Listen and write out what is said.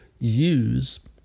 use